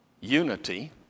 Unity